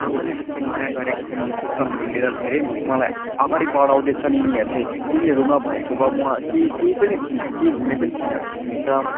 आमाले जस्तो माया गरेका छन् यो पुस्तकहरूले र धेरै मलाई अगाडि बढाउँदै छन् यिनीहरूले यिनीहरू नभएको भए म के केही पनि थिइनँ केही हुने पनि थिइनँ र